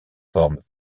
formes